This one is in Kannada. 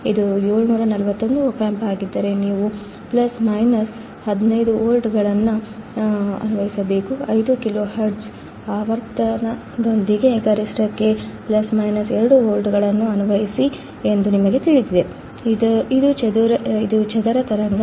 ಇದು 741 ಓಪ್ಯಾಂಪ್ ಆಗಿದ್ದರೆ ನೀವು 15 OR 15 ವೋಲ್ಟ್ಗಳನ್ನು ಅನ್ವಯಿಸಬೇಕು 5 ಕಿಲೋಹೆರ್ಟ್ಜ್ ಆವರ್ತನದೊಂದಿಗೆ ಗರಿಷ್ಠಕ್ಕೆ 2 or 2 ವೋಲ್ಟ್ಗಳನ್ನು ಅನ್ವಯಿಸಿ ಎಂದು ನಿಮಗೆ ತಿಳಿದಿದೆ ಇದು ಚದರ ತರಂಗ